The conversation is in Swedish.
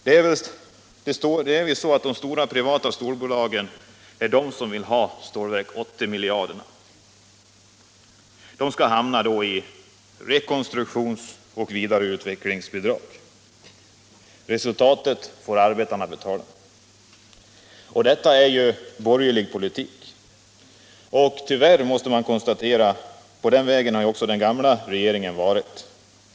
Det är väl så, att de stora privata stålbolagen vill ha Stålverk 80-miljarderna, som då kommer att hamna som rekonstruktions och vidareutvecklingsbidrag i dessa bo lag. Resultatet får arbetarna betala. Detta är borgerlig politik. Man måste tyvärr konstatera att också den gamla regeringen har varit inne på den vägen.